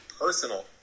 personal